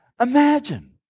imagine